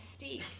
mystique